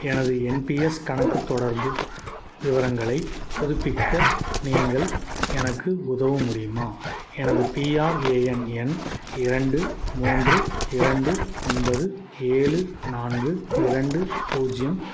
எனது என்பிஎஸ் கணக்குத் தொடர்பு விவரங்களைப் புதுப்பிக்க நீங்கள் எனக்கு உதவ முடியுமா எனது பிஆர்ஏஎன் எண் இரண்டு மூன்று இரண்டு ஒன்பது ஏழு நான்கு இரண்டு பூஜ்ஜியம்